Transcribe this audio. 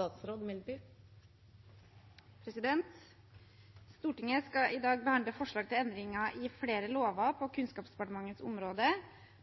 Stortinget skal i dag behandle forslag til endringer i flere lover på Kunnskapsdepartementets område.